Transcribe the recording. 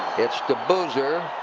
it's to boozer.